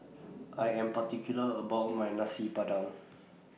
I Am particular about My Nasi Padang